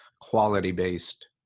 quality-based